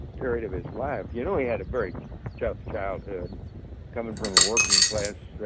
period of his life. you know he had a very tough childhood coming from a working class